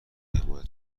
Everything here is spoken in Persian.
حمایت